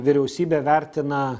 vyriausybė vertina